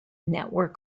network